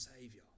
Savior